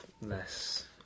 less